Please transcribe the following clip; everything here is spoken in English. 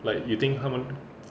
like you think 他们